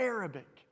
Arabic